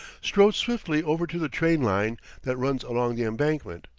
strode swiftly over to the train line that runs along the embankment,